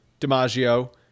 DiMaggio